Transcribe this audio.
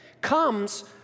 comes